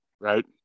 Right